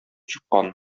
чыккан